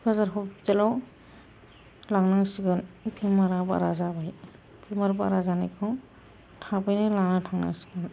क'क्राझार हस्पितालाव लांनांसिगोन बेमारा बारा जाबाय बेमार बारा जानायखौ थाबैनो लाना थांनांसिगोन